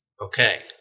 Okay